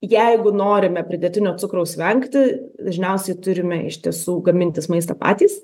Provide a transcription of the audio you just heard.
jeigu norime pridėtinio cukraus vengti dažniausiai turime iš tiesų gamintis maistą patys